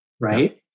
right